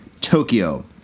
Tokyo